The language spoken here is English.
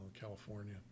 California